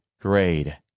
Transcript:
grade